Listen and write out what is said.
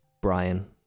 Brian